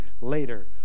later